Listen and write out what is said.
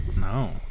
no